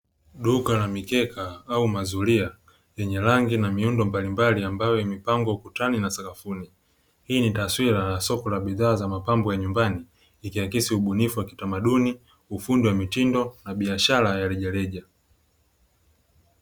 Duka la mikeka au mazulia yenye rangi na miundo mbalimbali ambayo yamepangwa ukutani na sakafuni, hii ni taswira ya soko la bidhaa za mapambo ya nyumbani ikiakisi ubunifu wa kitamaduni, ufundi wa mitindo na biashara ya rejareja.